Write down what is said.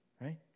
Right